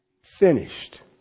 finished